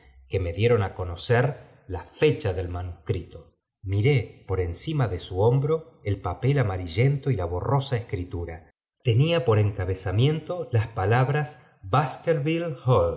que me dieron á conocer la fecha del manuscrito miró por encima de su hombro el papel amarillento y la borrosa escritura tenía por encabezamiento las palabras